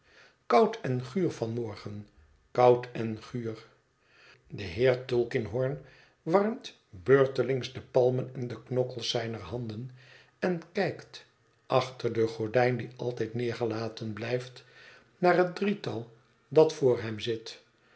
koud en guur van morgen koud en guur de heer tulkinghorn warmt beurtelings de palmen en de knokkels zijner handen en kijkt achter de gordijn die altijd neergelaten blijft naar het drietal dat voor hem zit